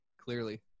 Clearly